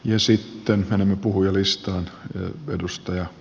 ja sitten hänen puhujalistalla jo edustaja